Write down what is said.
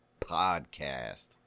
podcast